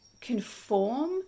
conform